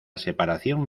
separación